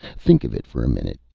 think of it for a minute.